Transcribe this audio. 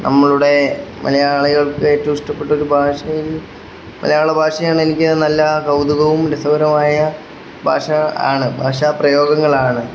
നമ്മളുടെ മലയാളികൾക്ക് ഏറ്റവും ഇഷ്ടപ്പെട്ടൊരു ഭാഷയില് മലയാള ഭാഷയാണ് എനിക്ക് നല്ല കൗതുകവും രസകരവുമായ ഭാഷയാണ് ഭാഷാ പ്രയോഗങ്ങളാണ്